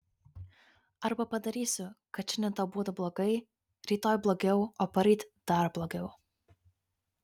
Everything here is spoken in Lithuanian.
arba padarysiu kad šiandien tau būtų blogai rytoj blogiau o poryt dar blogiau